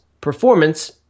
performance